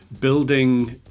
building